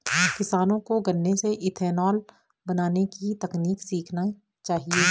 किसानों को गन्ने से इथेनॉल बनने की तकनीक सीखना चाहिए